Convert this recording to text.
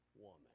woman